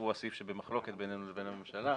הוא הסעיף שבמחלוקת בינינו לבין הממשלה,